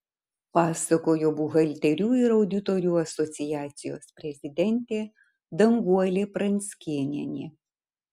pasakojo buhalterių ir auditorių asociacijos prezidentė danguolė pranckėnienė